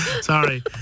Sorry